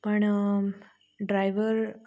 पण ड्रायवर